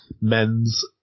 men's